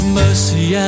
mercy